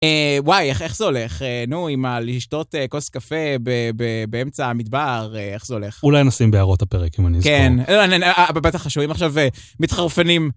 וואי, איך איך זה הולך? נו, עם הלשתות קוס קפה באמצע המדבר, איך זה הולך? אולי נשים בהערות הפרק, אם אני אזכור. בבית הם חושבים עכשיו מתחרופנים...